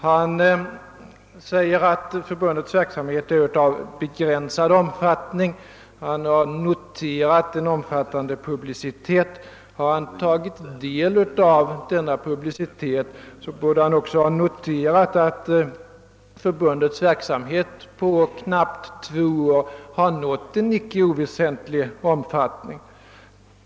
Han säger att förbundets verksamhet är av begränsad omfattning. Han har noterat en omfattande publicitet. Om han tagit del av denna publicitet borde han också ha noterat att förbundets verksamhet på knappt två år nått en icke oväsentlig omfattning.